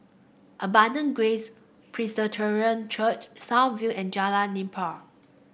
Abundant Grace Presbyterian Church South View and Jalan Nipah